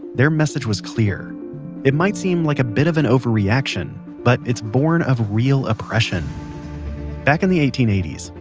their message was clear it might seem like a bit of an overreaction, but it's born of real oppression back in the eighteen eighty s,